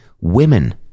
women